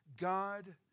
God